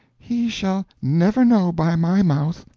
he shall never know by my mouth,